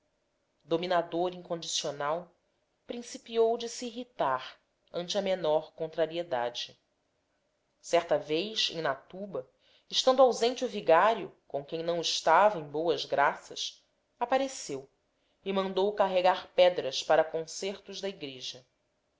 ânimo dominador incondicional principiou de se irritar ante a menor contrariedade certa vez em natuba estando ausente o vigário com quem não estava em boas graças apareceu e mandou carregar pedras para consertos da igreja